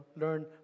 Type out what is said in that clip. learn